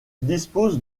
dispose